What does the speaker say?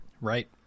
Right